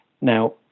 Now